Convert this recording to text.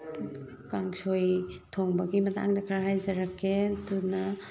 ꯀꯥꯡꯁꯣꯏ ꯊꯣꯡꯕꯒꯤ ꯃꯇꯥꯡꯗ ꯈꯔ ꯍꯥꯏꯖꯔꯛꯀꯦ ꯑꯗꯨꯅ